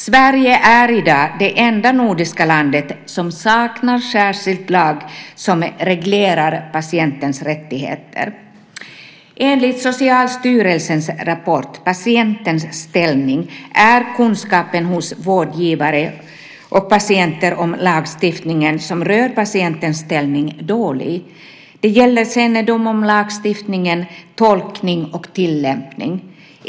Sverige är i dag det enda nordiska landet som saknar en särskild lag som reglerar patientens rättigheter. Enligt Socialstyrelsens rapport om patientens ställning är kunskapen hos vårdgivare och patienter om lagstiftningen som rör patientens ställning dålig. Det gäller kännedom om, och tolkning och tillämpning av lagstiftningen.